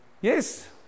Yes